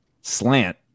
slant